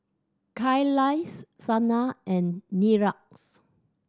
Kailash Sanal and Niraj